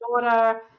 daughter